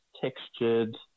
textured